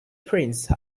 prince